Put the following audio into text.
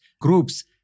groups